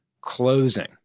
Closing